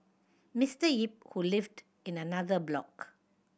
Mister Yip who lived in another block